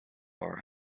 are